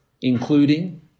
including